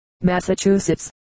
Massachusetts